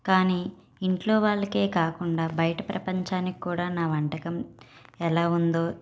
కానీ ఇంట్లో వాళ్ళకే కాకుండా బయట ప్రపంచానికి కూడా నా వంటకం ఎలా ఉందో